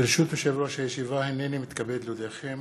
ברשות יושב-ראש הישיבה, הנני מתכבד להודיעכם,